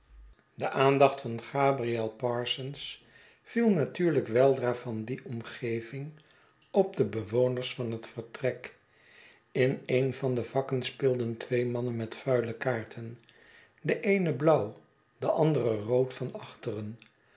de aandacht van gabriel parsons viel natuurlijk weldra van die omgeving op de bewoners van het vertrek in een van de vakken speelden twee mannen met vuile kaarten de eene blauw de andere rood van achteren